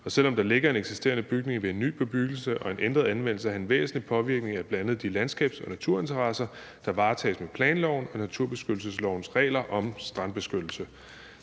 Og selv om der ligger en eksisterende bygning, vil en ny bebyggelse og en ændret anvendelse have en væsentlig påvirkning af bl.a. de landskabs- og naturinteresser, der varetages med planloven og naturbeskyttelseslovens regler om strandbeskyttelse.